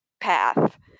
path